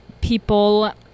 people